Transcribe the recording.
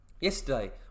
Yesterday